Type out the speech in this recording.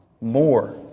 more